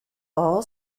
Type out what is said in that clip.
all